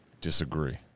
Disagree